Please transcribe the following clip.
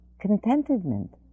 Contentment